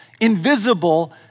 invisible